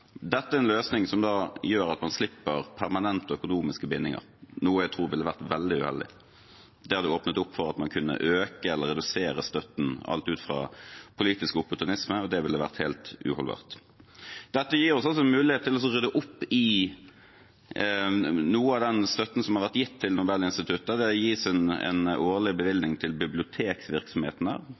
Dette er en løsning som gjør at man slipper permanente økonomiske bindinger, noe jeg tror ville vært veldig uheldig. Det hadde åpnet opp for at man kunne øke eller redusere støtten ut fra politisk opportunisme, og det ville vært helt uholdbart. Dette gir oss også mulighet til å rydde opp i noe av den støtten som har vært gitt til Nobelinstituttet. Det gis en årlig bevilgning til